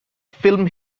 film